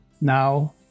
Now